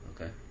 Okay